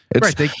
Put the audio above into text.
Right